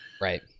right